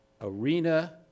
arena